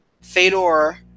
Fedor